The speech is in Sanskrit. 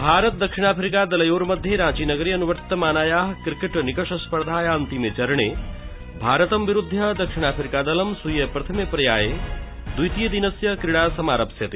भारत दक्षिणा फ्रीका दलयोर्मध्ये रांचीनगरे अनुवर्तमानायाः क्रिकेट् निकष स्पर्धायाः अन्तिमे चरणे भारतदलं विरुद्धय दक्षिणाफ्रीकादलं स्वीय प्रथम प्रर्याये द्वितीय दिनस्य क्रीडा समारप्स्यते